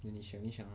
给你想一想 lah